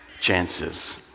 chances